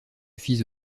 fis